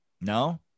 No